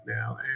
now